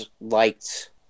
liked